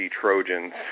Trojans